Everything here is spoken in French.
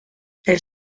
elle